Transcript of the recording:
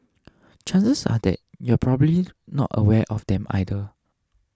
chances are that you're probably not aware of them either